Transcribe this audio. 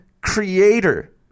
creator